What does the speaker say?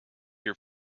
your